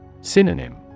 Synonym